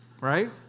Right